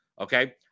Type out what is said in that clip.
Okay